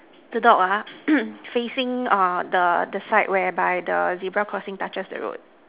the dog ah facing uh the the side whereby the zebra crossing touches the road